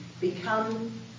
become